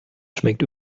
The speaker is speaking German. schmeckt